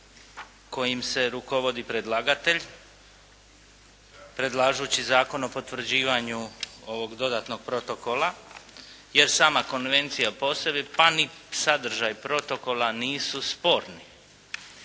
kojim se rukovodi predlagatelj predlažući Zakon o potvrđivanju ovog dodatnog protokola, jer sama konvencija po sebi pa ni sadržaj protokola nisu sporni.